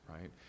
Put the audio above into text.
right